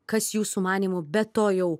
kas jūsų manymu be to jau